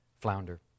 flounder